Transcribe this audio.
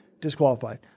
Disqualified